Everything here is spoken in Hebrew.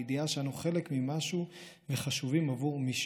הידיעה שאנו חלק ממשהו וחשובים עבור מישהו.